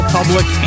Public